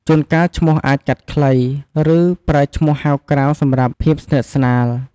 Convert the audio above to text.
ជួនកាលឈ្មោះអាចកាត់ខ្លី ឬ ប្រើឈ្មោះហៅក្រៅសម្រាប់ភាពស្និទ្ធស្នាល។